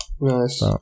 Nice